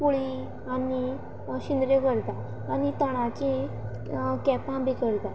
पुळी आनी शिंदऱ्यो करता आनी तोणाची केपां बी करता